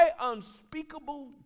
unspeakable